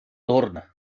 torna